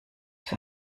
für